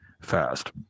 fast